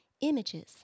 images